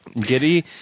Giddy